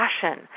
passion